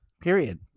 Period